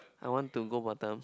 I want to go Batam